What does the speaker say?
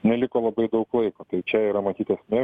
neliko labai daug laiko tai čia yra matyt esmė